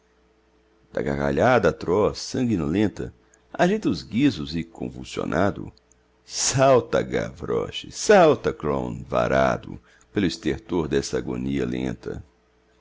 gargalhada atroz sanguinolenta agita os guizos e convulsionado salta gavroche salta clown varado pelo estertor dessa agonia lenta